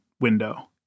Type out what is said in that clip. window